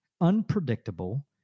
unpredictable